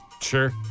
Sure